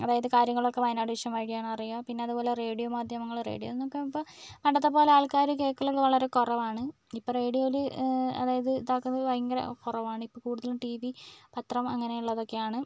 അതായത് കാര്യങ്ങളൊക്കെ വയനാട് വിഷൻ വഴി ആണ് അറിയുക പിന്നെ അതുപോലെ തന്നെ റേഡിയോ മാധ്യമങ്ങൾ റേഡിയോക്കെ ഇപ്പോൾ പണ്ടത്തെ പോലെ ആൾക്കാർ കേൾക്കൽ വളരെ കുറവാണ് ഇപ്പോൾ റേഡിയോയിൽ അതായത് ഇത് ആക്കുന്നത് ഭയങ്കര കുറവാണ് ഇപ്പം കൂടുതലും ടീ വി പത്രം അങ്ങനെ ഉള്ളതൊക്കെ ആണ്